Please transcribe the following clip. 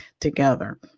together